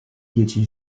dieci